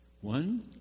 One